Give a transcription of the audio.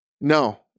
no